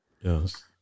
Yes